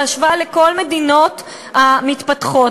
בהשוואה לכל המדינות המתפתחות,